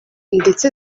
ndetse